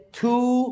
two